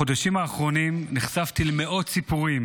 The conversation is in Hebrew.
בחודשים האחרונים נחשפתי למאות סיפורים